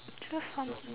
tres on